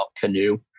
canoe